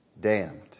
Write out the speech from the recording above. damned